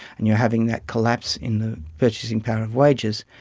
and you're having that collapse in the purchasing power of wages,